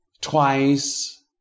twice